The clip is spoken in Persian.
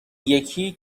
یکی